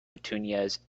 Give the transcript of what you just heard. petunias